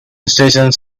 stations